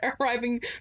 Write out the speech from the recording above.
arriving